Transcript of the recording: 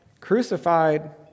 crucified